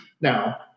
Now